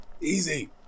Easy